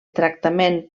tractament